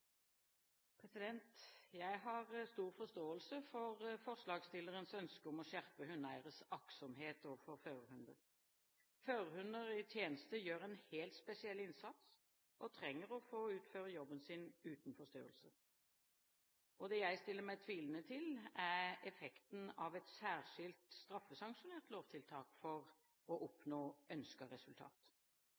tid. Jeg har stor forståelse for forslagsstillerens ønske om å skjerpe hundeeieres aktsomhet overfor førerhunder. Førerhunder i tjeneste gjør en helt spesiell innsats og trenger å få utføre jobben sin uten forstyrrelser. Det jeg stiller meg tvilende til, er effekten av et særskilt straffesanksjonert lovtiltak for å oppnå ønsket resultat.